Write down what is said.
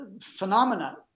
phenomena